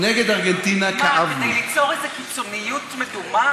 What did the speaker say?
מה, כדי ליצור איזו קיצוניות מדומה?